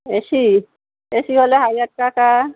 AC AC হলে হাজার টাকা